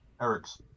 Eric's